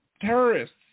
terrorists